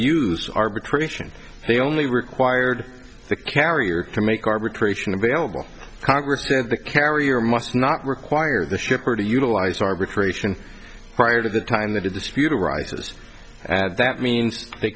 use arbitration they only required the carrier to make arbitration available congress that the carrier must not require the shipper to utilize arbitration prior to the time the dispute arises at that means they